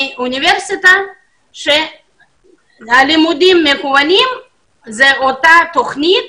מהאוניברסיטה שתוכנית הלימודים היא כמו תוכנית